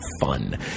fun